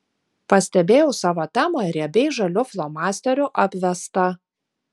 pastebėjau savo temą riebiai žaliu flomasteriu apvestą